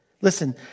Listen